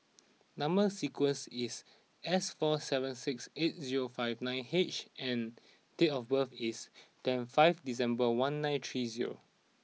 number sequence is S four seven six eight zero five nine H and date of birth is twenty five December one nine three zero